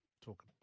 talk